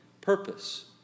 purpose